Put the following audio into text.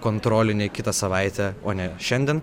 kontrolinį kitą savaitę o ne šiandien